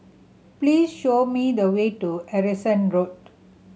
please show me the way to Harrison Road